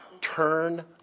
turn